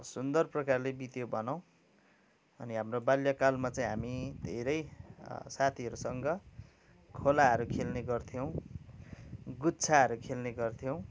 सुन्दर प्रकारले बित्यो भनौँ अनि हाम्रो बाल्यकालमा चाहिँ हामी धेरै साथीहरूसँग खोलाहरू खेल्ने गर्थ्यौँ गुच्छाहरू खेल्ने गर्थ्यौँ